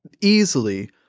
easily